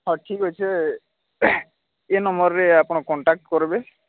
ହଉ ଠିକ୍ ଅଛି ଏଇ ନମ୍ବର୍ରେ ଆପଣ କଣ୍ଟାକ୍ଟ କରିବେ